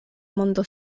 mondo